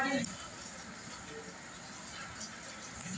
गाँव जवार, सबकर ओंसउनी के तेजी लागल बाटे